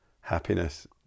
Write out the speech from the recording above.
Happiness